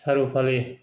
सारु उफालि